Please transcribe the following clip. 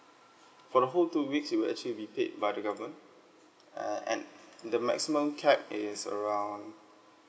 for the whole two weeks you will actually be paid by the government uh and the maximum cap yes around